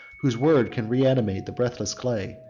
whose word can reanimate the breathless clay,